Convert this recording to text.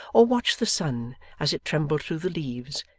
or watch the sun as it trembled through the leaves,